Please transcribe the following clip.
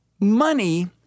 money